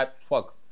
Fuck